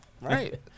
Right